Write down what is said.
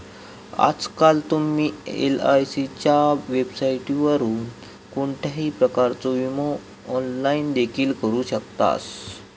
आजकाल तुम्ही एलआयसीच्या वेबसाइटवरून कोणत्याही प्रकारचो विमो ऑनलाइन देखील करू शकतास